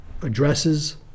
addresses